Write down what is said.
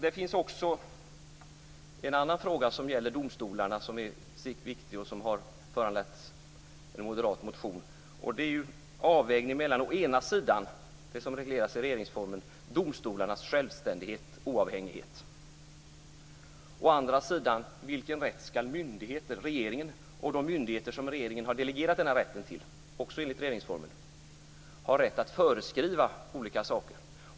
Det finns också en annan fråga som gäller domstolarna och som har föranlett en moderat motion. Det är avvägningen mellan å ena sidan domstolarnas självständighet, oavhängighet, som regleras i regeringsformen, och å andra sidan vilken rätt regeringen - och de myndigheter som regeringen delegerat den rätten till, också enligt regeringsformen - har att föreskriva olika saker.